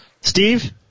Steve